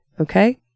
Okay